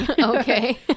Okay